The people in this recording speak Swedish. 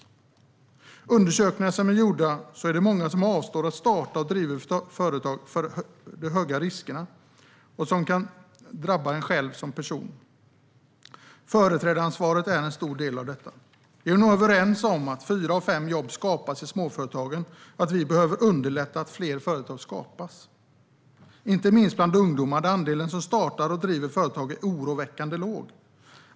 Enligt undersökningar som är gjorda är det många som avstår från att starta och driva företag på grund av de höga riskerna, som gör att de kan drabbas personligen. Företrädaransvaret är en stor del av detta. Vi är nog överens om att fyra av fem jobb skapas i småföretagen och att vi behöver underlätta så att fler företag skapas. Det gäller inte minst bland ungdomar, där andelen som startar och driver företag är oroväckande låg.